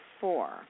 four